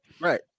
Right